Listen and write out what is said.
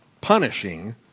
punishing